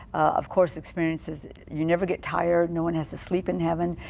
of course experiences you never get tired. no one has to sleep in heaven,